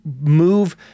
move